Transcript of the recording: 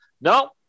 No